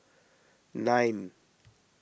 nine